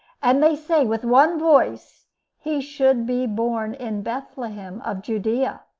and they say with one voice he should be born in bethlehem of judea.